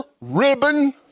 ribbon